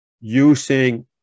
using